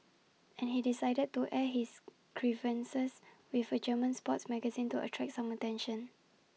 and he decided to air his grievances with A German sports magazine to attract some attention